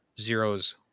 Zero's